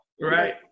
Right